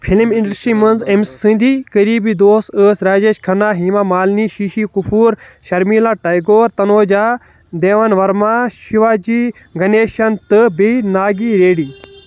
film industry منٛز أمۍ سٕنٛدۍ قریٖبی دوس ٲسۍ راجیش کھنہ، ہیما مالنی، ششی کپوٗر، شرمیلا ٹیگور، تنوجا، دیون ورما، شیواجی گنیشن تہٕ بی ناگی ریڈی